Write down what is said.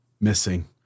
missing